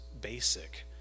basic